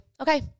Okay